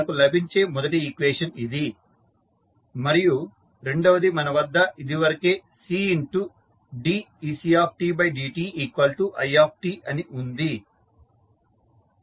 మనకు లభించే మొదటి ఈక్వేషన్ ఇది మరియు రెండవది మన వద్ద ఇది వరకే Cdecdtit అని ఉంది